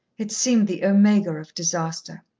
it seemed the omega of disaster.